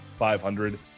500